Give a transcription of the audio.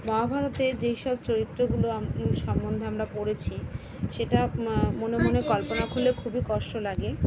মহাভারতের যেই সব চরিত্রগুলো আম সম্বন্ধে আমরা পড়েছি সেটা মনে মনে কল্পনা করলে খুবই কষ্ট লাগে